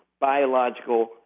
biological